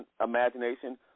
imagination